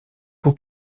pour